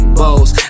balls